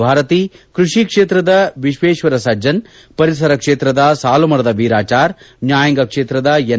ಭಾರತಿ ಕೃಷಿ ಕ್ಷೇತ್ರದ ವಿಶ್ವೇತ್ವರ ಸಜ್ಜನ್ ಪರಿಸರ ಕ್ಷೇತ್ರದ ಸಾಲುಮರದ ವೀರಾಚಾರ್ ನ್ಯಾಯಾಂಗ ಕ್ಷೇತ್ರದ ಎನ್